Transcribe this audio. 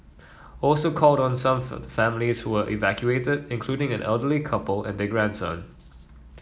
also called on some for the families who were evacuated including an elderly couple and their grandson